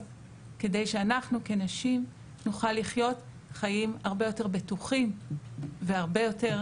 כדי שאנחנו כנשים נוכל לחיות חיים הרבה יותר בטוחים והרבה יותר